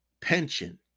Pension